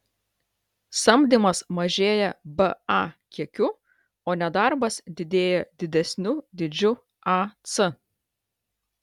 samdymas mažėja ba kiekiu o nedarbas didėja didesniu dydžiu ac